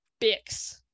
bix